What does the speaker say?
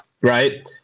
Right